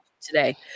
Today